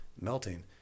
melting